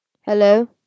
Hello